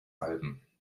alben